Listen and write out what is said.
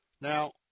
Now